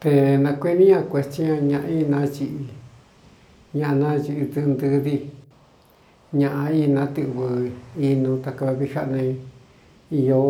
Te nākuení ña kuētsí ña ñaꞌa inañiꞌi ñaꞌ naiꞌɨ dɨꞌɨntɨdi ñaꞌa ínatɨꞌvɨ inu takava vií jáꞌa ne īo